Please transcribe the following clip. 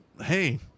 hey